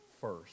first